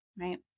right